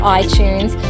iTunes